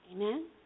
Amen